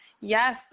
Yes